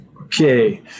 Okay